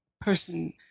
person